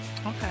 Okay